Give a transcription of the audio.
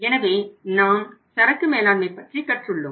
எனவே நாம் சரக்கு மேலாண்மை பற்றி கற்றுள்ளோம்